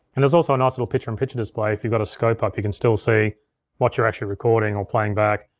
and there's also a nice little picture-in-picture display if you've got a scope up, you can still see what you're actually recording or playing back.